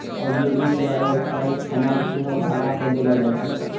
औद्योगिक या व्यवसायिक समान सेहो भाड़ा पे देलो जाय छै